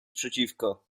przeciwko